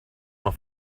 want